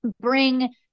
bring